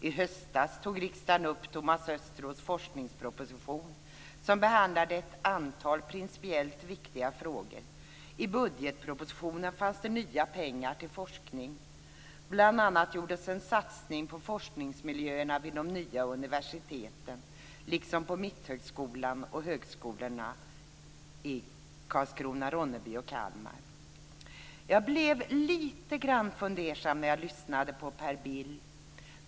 I höstas tog riksdagen upp Thomas Östros forskningsproposition som behandlar ett antal principiellt viktiga frågor. I budgetpropositionen fanns det nya pengar till forskning. Bl.a. gjordes det en satsning på forskningsmiljöerna vid de nya universiteten liksom på Mitthögskolan och på högskolorna i Jag blev dock lite fundersam när jag lyssnade på Per Bill.